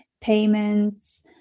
payments